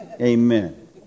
Amen